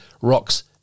rocks